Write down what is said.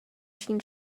shin